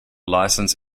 licence